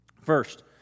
first